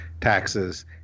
taxes